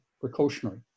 precautionary